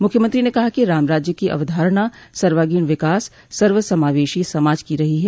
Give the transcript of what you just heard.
मुख्यमंत्री ने कहा कि रामराज्य की अवधारणा सर्वांगीण विकास सर्वसमावेशी समाज की रही है